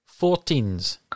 Fourteens